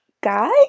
guy